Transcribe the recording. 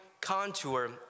contour